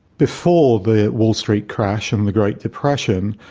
before the wall street crash and the great depression,